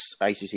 ACC